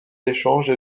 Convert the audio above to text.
d’échange